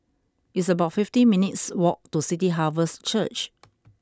it's about fifty minutes' walk to City Harvest Church